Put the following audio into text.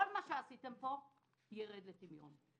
כל מה שעשיתם פה ירד לטמיון.